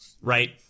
Right